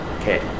Okay